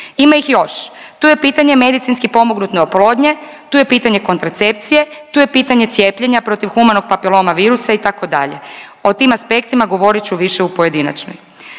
Ima ih još, tu je pitanje medicinski pomognete oplodnje, tu je pitanje kontracepcije, tu je pitanje cijepljenja protiv Humanog papiloma virusa itd., o tim aspektima govorit ću više u pojedinačnoj.